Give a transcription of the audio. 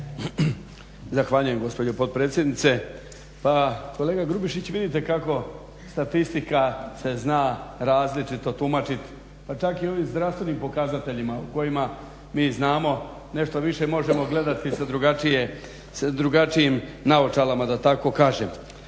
Zahvaljujem gospođo potpredsjednice. Pa kolega Grubišić vidite kako statistika se zna različito tumačiti, pa čak i ovim zdravstvenim pokazateljima o kojima mi znamo, nešto više možemo gledati i sa drugačijim naočalama da tako kažem.